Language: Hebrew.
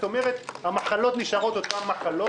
כלומר המחלות נשארות אותן מחלות,